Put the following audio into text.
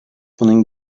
bunun